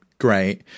great